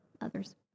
others